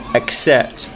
accept